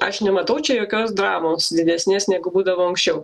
aš nematau čia jokios dramos didesnės negu būdavo anksčiau